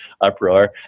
uproar